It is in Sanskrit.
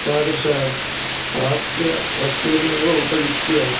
तादृशानि प्राच्यवस्तूनि एव उपयुज्य